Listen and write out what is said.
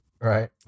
Right